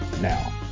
now